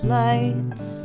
lights